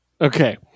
Okay